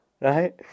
Right